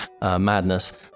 madness